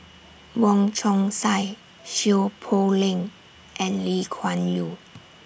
Wong Chong Sai Seow Poh Leng and Lee Kuan Yew